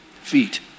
feet